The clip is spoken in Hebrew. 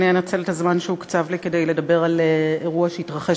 אנצל את הזמן שהוקצב לי כדי לדבר על אירוע שהתרחש